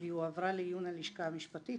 והיא הועברה לעיון הלשכה המשפטית.